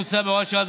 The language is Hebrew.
מוצע בהוראת השעה,